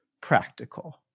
practical